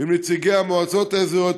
עם נציגי המועצות האזוריות,